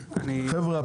חבר'ה,